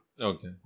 Okay